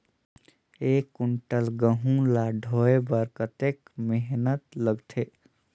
एक कुंटल गहूं ला ढोए बर कतेक मेहनत लगथे?